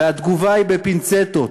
והתגובה היא בפינצטות.